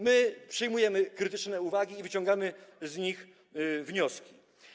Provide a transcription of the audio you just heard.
My przyjmujemy krytyczne uwagi i wyciągamy wnioski.